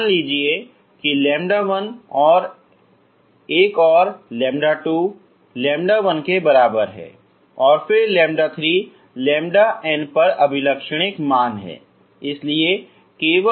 मान लीजिए कि λ1 और एक और λ2 λ1 के बराबर है और फिर λ3 λn पर अभिलक्षणिक मान हैं